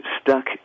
Stuck